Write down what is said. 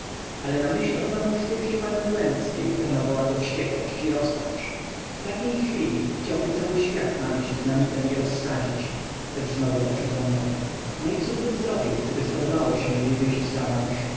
ale na myśl o zamążpójściu panny izabeli opanowała go wściekłość i rozpacz w takiej chwili chciałby cały świat nabić dynamitem i rozsadzić lecz znowu oprzytomniał no i cóżbym zrobił gdyby podobało się jej wyjść zamąż